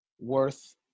worth